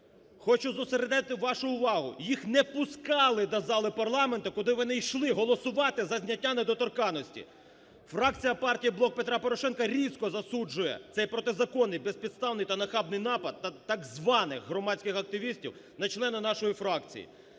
Хочу зосередити вашу увагу, їх не пускали до залу парламенту, куди вони йшли голосувати за зняття недоторканності. Фракція партії "Блок Петра Порошенка" різко засуджує цей протизаконний, безпідставний та нахабний напад так званих громадських активістів на члена нашої фракції.